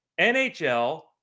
nhl